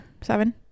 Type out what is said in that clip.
seven